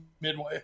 Midway